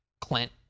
Clint